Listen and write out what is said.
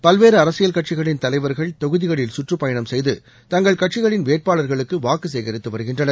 பல்வேறு அரசியல் கட்சிகளின் தலைவர்கள் தொகுதிகளில் சுற்றுப்பயணம் செய்து தங்கள் கட்சிகளின் வேட்பாளர்களுக்கு வாக்கு சேகரித்து வருகின்றனர்